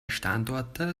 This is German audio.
standorte